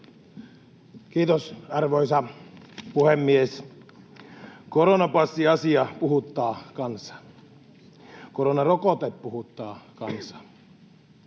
Kiitos, arvoisa puhemies! Koronapassiasia puhuttaa kansaa. Koronarokote puhuttaa kansaa.